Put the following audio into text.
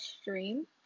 stream